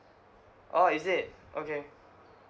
orh is it okay